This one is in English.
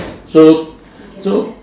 so so